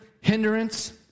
hindrance